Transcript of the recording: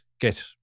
get